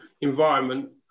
environment